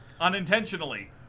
unintentionally